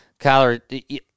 Kyler